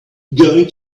going